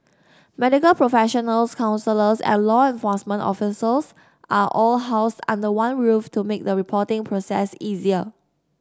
medical professionals counsellors and law enforcement officials are all housed under one roof to make the reporting process easier